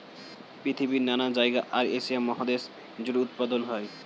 পৃথিবীর নানা জায়গায় আর এশিয়া মহাদেশ জুড়ে উৎপাদন হয়